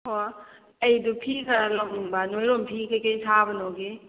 ꯑꯣ ꯑꯩꯗꯣ ꯐꯤ ꯈꯔ ꯂꯧꯅꯤꯡꯕ ꯅꯣꯏꯔꯣꯝ ꯐꯤ ꯀꯩ ꯀꯩ ꯁꯥꯕꯅꯣꯒꯤ